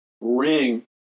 bring